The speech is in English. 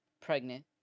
pregnant